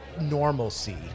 normalcy